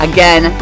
Again